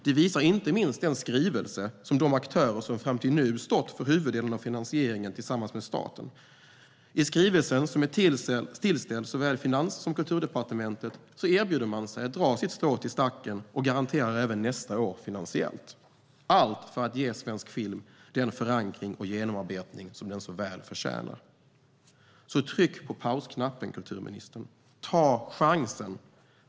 Det visar inte minst den skrivelse från de aktörer som fram till nu stått för huvuddelen av finansieringen tillsammans med staten. I skrivelsen som är tillställd såväl Finansdepartementet som Kulturdepartementet erbjuder man sig att dra sitt strå till stacken och garantera även nästa år finansiellt - allt för att ge svensk film den förankring och genomarbetning som den så väl förtjänar. Tryck på pausknappen, kulturministern! Ta chansen!